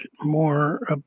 more